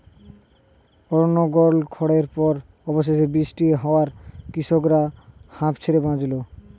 অনর্গল খড়ার পর অবশেষে বৃষ্টি হওয়ায় কৃষকরা হাঁফ ছেড়ে বাঁচল